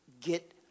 get